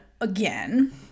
again